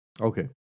Okay